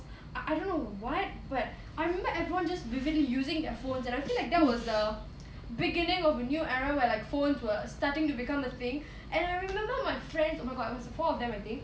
I don't know what but I remember everyone just busily using their phones and I feel like that was the beginning of a new era where like phones were starting to become a thing and I remember my friends oh my god it was four of them I think